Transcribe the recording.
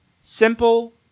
simple